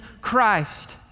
Christ